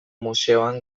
museoan